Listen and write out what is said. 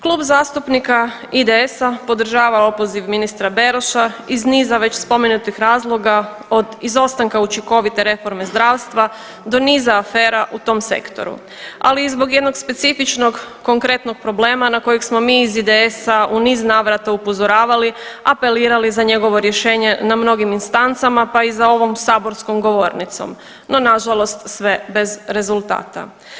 Klub zastupnika IDS-a podržava opoziv ministra Beroša iz niza već spomenutih razloga, od izostanka učinkovite reforme zdravstva do niza afera u tom sektoru, ali i zbog jednog specifičnog konkretnog problema na kojeg smo mi iz IDS-a u niz navrata upozoravali, apelirali za njegovo rješenje na mnogim instancama, pa i za ovom saborskom govornicom, no nažalost sve bez rezultata.